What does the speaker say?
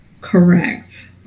correct